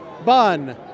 Bun